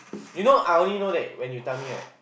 you know I only know that when you tell me right